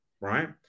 right